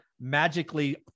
magically